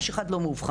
איש אחד לא מאובחן,